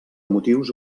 motius